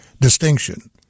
distinction